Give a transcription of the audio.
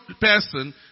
person